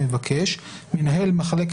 "חוקר ניירות